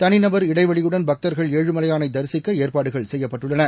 தனிநபர் இடைவெளியுடன் பக்தர்கள் ஏழுமலையானதரிசிக்கஏற்பாடுகள் செய்யப்பட்டுள்ளன